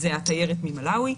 זו התיירת ממלאווי,